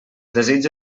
desitge